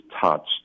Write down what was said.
touched